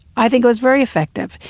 i think it was very effective.